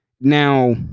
Now